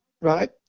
Right